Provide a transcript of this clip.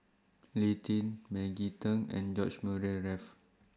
Lee Tjin Maggie Teng and George Murray Reith